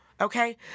Okay